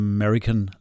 American